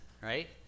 right